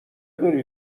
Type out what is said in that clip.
بری